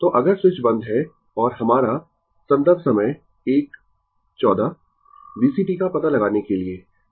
तो अगर स्विच बंद है और हमारा संदर्भ समय 0114 VCt का पता लगाने के लिए